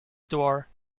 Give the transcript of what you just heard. door